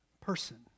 person